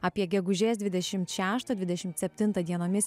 apie gegužės dvidešimt šeštą dvidešimt septintą dienomis